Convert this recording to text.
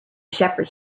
shepherd